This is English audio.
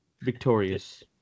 victorious